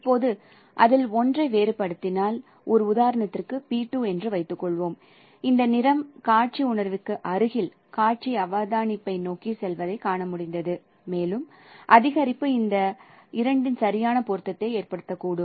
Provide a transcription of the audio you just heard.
இப்போது அதில் ஒன்றை வேறுபடுத்தினால் ஒரு உதாரணத்திற்கு p2 என்று வைத்து கொள்வோம் இந்த நிறம் காட்சி உணர்விற்கு அருகில் காட்சி அவதானிப்பை நோக்கிச் செல்வதைக் காண முடிந்தது மேலும் அதிகரிப்பு இந்த இரண்டின் சரியான பொருத்தத்தை ஏற்படுத்தக்கூடும்